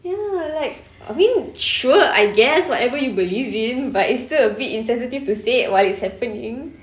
ya like I mean sure I guess whatever you believe in but it's still a bit insensitive to say it while it's happening